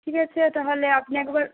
ঠিক আছে তাহলে আপনি একবার